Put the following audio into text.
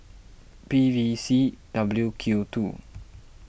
P V C W Q two